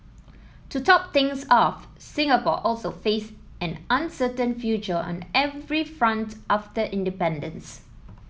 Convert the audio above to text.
to top things off Singapore also faced an uncertain future on every front after independence